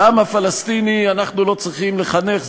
את העם הפלסטיני אנחנו לא צריכים לחנך,